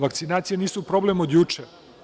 Vakcinacije nisu problem od juče.